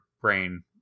brain